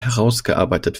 herausgearbeitet